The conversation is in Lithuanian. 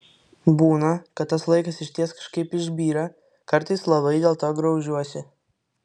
būna kad tas laikas išties kažkaip išbyra kartais labai dėlto graužiuosi